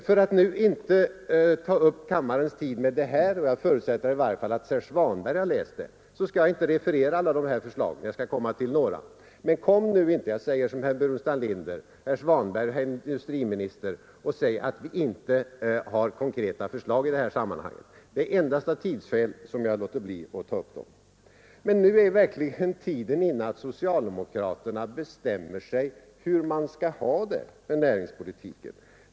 För att inte ta upp kammarens tid skall jag inte referera alla dessa förslag — jag förutsätter att i varje fall herr Svanberg har läst dem — men jag skall ta upp några. Kom nu inte — jag säger som herr Burenstam Linder —, herr Svanberg och herr industriminister, och säg att vi inte har konkreta förslag i detta sammanhang. Det är endast av tidsskäl som jag låter bli att ta upp dem. Nu är verkligen tiden inne att socialdemokraterna bestämmer sig för hur de skall ha det med näringspolitiken.